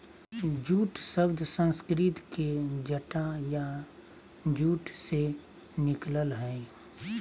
jute शब्द संस्कृत के जटा या जूट से निकलल हइ